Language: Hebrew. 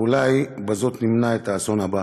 אולי בזה נמנע את האסון הבא.